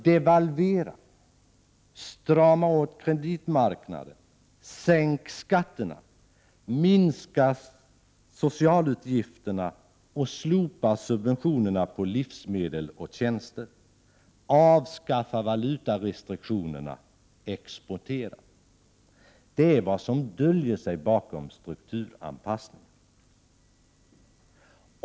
Devalvera och strama åt kreditmarknaden; sänk skatterna; minska socialutgifterna och slopa subventionerna på livsmedel och tjänster; avskaffa valutarestriktionerna; exportera — det är vad som döljer sig bakom strukturanpassningen.